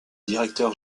directeur